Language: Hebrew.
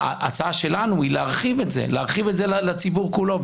לכן ההצעה שלנו היא להרחיב את זה לציבור כולו,